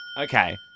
Okay